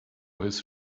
his